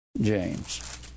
James